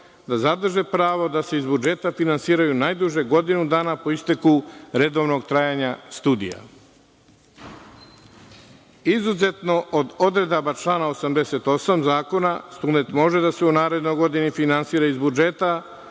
da zadrže pravo da se iz budžeta finansiraju najduže godinu dana po isteku redovnog trajanja studija. Izuzetno od odredaba člana 88. zakona, student može da se u narednoj godini finansira iz budžeta,